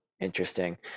interesting